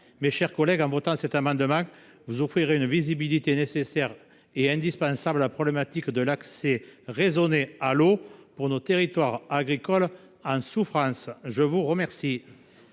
Mes chers collègues, en votant cet amendement, vous offrirez une visibilité nécessaire et indispensable à la problématique de l’accès raisonné à l’eau pour nos territoires agricoles en souffrance. La parole